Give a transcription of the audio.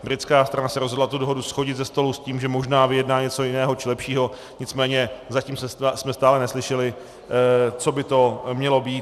Britská strana se rozhodla tu dohodu shodit ze stolu s tím, že možná vyjedná něco jiného či lepšího, nicméně zatím jsme stále neslyšeli, co by to mělo být.